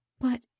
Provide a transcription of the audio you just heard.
But